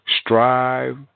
strive